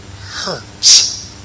hurts